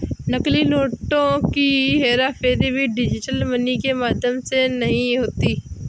नकली नोटों की हेराफेरी भी डिजिटल मनी के माध्यम से नहीं होती